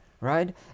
right